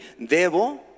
Debo